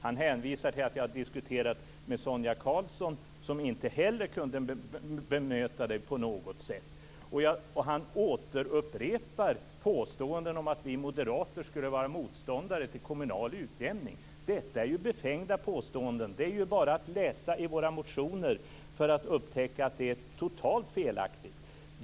Han hänvisar till att jag diskuterat med Sonia Karlsson, som inte heller kunde bemöta dem på något sätt. Han återupprepar påståenden om att vi moderater skulle vara motståndare till kommunal utjämning. Detta är befängda påståenden. Det är bara att läsa i våra motioner för att upptäcka att det är totalt felaktigt.